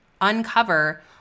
uncover